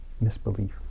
misbelief